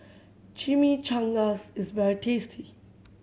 Chimichangas is very tasty